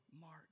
Mark